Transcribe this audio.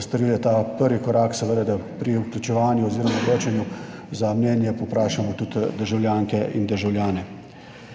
storile ta prvi korak, da seveda pri vključevanju oziroma odločanju za mnenje povprašamo tudi državljanke in državljane.